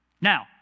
Now